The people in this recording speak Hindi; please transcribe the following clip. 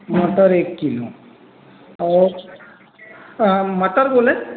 मटर एक किलो और मटर बोले